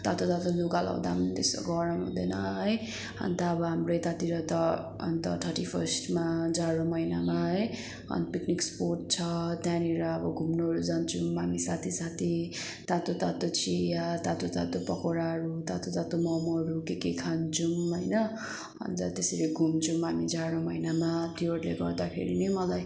तातो तातो लुगा लाउँदा पनि त्यस्तो गरम हुँदैन है अन्त अब हाम्रो यतातिर त अन्त थर्टी फर्स्टमा जाडो महिनामा है अनि पिकनिक स्पोट छ त्यहाँनिर अब घुम्नुहरू जान्छौँ हामी साथी साथी तातो तातो चिया तातो तातो पकौडाहरू तातो तातो मोमोहरू के के खान्छौँ होइन अन्त त्यसरी घुम्छौँ हामी जाडो महिनामा त्योहरूले गर्दाखेरि नि मलाई